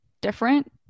different